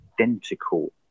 identical